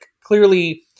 clearly